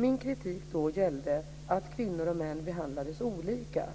Min kritik då gällde att kvinnor och män behandlades olika.